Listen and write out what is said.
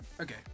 okay